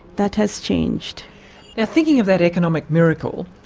that has changed. now thinking of that economic miracle,